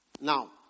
Now